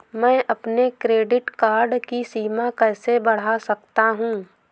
मैं अपने credit card की सीमा कैसे बढ़ा सकता हूँ?